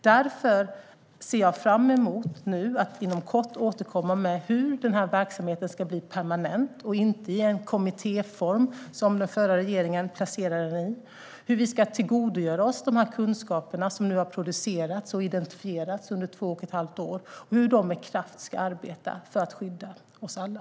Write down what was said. Därför ser jag fram emot att inom kort återkomma med hur verksamheten ska bli permanent och inte vara i den kommittéform som den förra regeringen placerade den i, hur vi ska tillgodogöra oss de kunskaper som har producerats och identifierats under två och ett halvt år och hur man med kraft ska arbeta för att skydda oss alla.